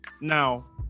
Now